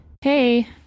hey